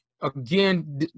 again